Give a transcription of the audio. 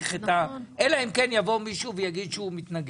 להאריך אלא אם כן יבוא מישהו ויגיד שהוא מתנגד.